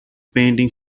painting